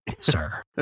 sir